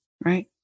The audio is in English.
right